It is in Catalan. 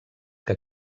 que